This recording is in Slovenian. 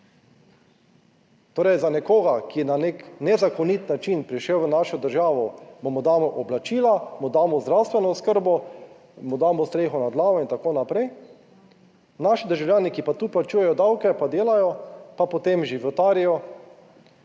Torej, za nekoga, ki je na nek nezakonit način prišel v našo državo, mu damo oblačila, mu damo zdravstveno oskrbo, mu damo streho nad glavo in tako naprej, naši državljani, ki pa tu plačujejo davke, pa delajo, pa potem životarijo,